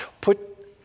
Put